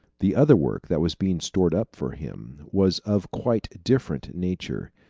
the other work that was being stored up for him was of quite different nature.